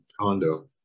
condo